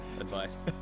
advice